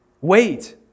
Wait